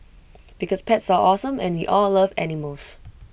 because pets are awesome and we all love animals